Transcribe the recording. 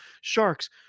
Sharks